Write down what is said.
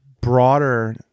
broader